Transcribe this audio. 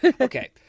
Okay